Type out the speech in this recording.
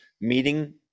Meeting